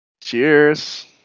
Cheers